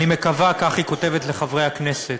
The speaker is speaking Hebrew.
אני מקווה, כך היא כותבת לחברי הכנסת,